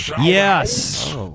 Yes